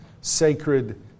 sacred